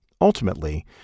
Ultimately